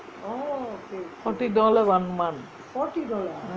oh forty dollar one month forty dollar